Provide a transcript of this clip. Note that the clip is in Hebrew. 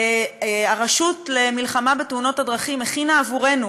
הרשות למלחמה בדרכים הכינה עבורנו,